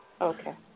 Okay